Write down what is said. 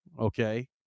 okay